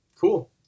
Cool